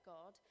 God